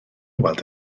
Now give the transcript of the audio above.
weld